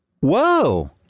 Whoa